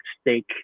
steak